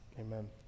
Amen